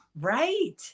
Right